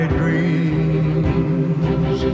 dreams